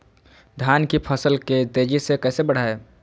धान की फसल के तेजी से कैसे बढ़ाएं?